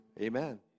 Amen